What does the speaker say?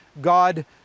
God